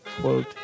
quote